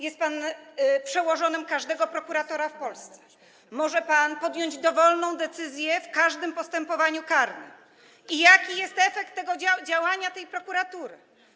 Jest pan przełożonym każdego prokuratora w Polsce, może pan podjąć dowolną decyzję w każdym postępowaniu karnym i jaki jest efekt działania tej prokuratury?